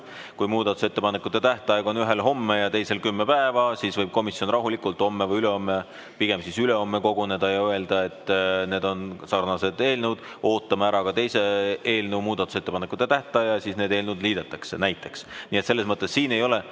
Kui muudatusettepanekute tähtaeg on ühel homme ja teisel kümme päeva, siis võib komisjon rahulikult homme või ülehomme, pigem siis ülehomme koguneda ja öelda, et need on sarnased eelnõud, ootame ära ka teise eelnõu muudatusettepanekute tähtaja ja siis need eelnõud liidetakse, näiteks. Nii et selles mõttes siin ei ole